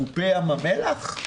חופי ים המלח?